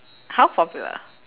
how popular